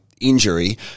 injury